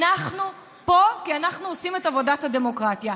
אנחנו פה כי אנחנו עושים את עבודת הדמוקרטיה,